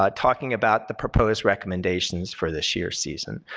um talking about the proposed recommendations for this year's season.